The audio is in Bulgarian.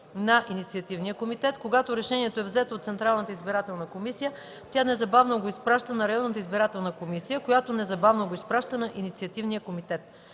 на инициативния комитет. Когато решението е взето от Централната избирателна комисия, тя незабавно го изпраща на районната избирателна комисия, която незабавно го изпраща на инициативния комитет.